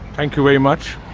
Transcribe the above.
thank you very much.